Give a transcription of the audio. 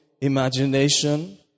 imagination